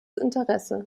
interesse